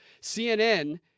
CNN